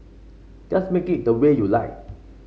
just make it the way you like